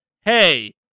hey